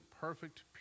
perfect